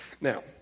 Now